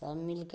सब मिलके